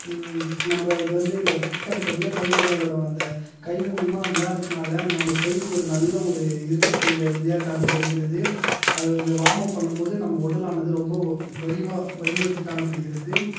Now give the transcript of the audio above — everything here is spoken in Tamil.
நம்ம இதைவந்து இந்த விளையாட்டு பார்த்தனா கையில்தான் விளையாடுவாங்க அந்த கை மூலயமா விளையாடுறதுனால நம்ம கைக்கு ஒரு நல்ல ஒரு இறுக்கத்தை இந்த விளையாட்டானது தருகிறது அதாவது இந்த வாமப் பண்ணும்போது நம்ம உடலானது ரொம்ப பெலிவா வலிவெடுத்து காணப்படுகிறது